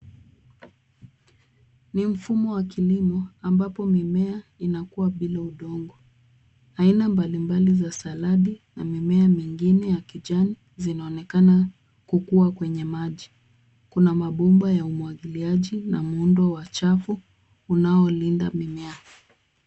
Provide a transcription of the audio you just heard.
Ni mfumo wa kilimo ambapo mimea inakua bila udongo. Aina mbalimbali za saladi na mimea mingine za kijani zinaonekana kukua kwenye maji. Kuna mabomba ya umwagiliaji na muundo wa chafu unaolinda mimea.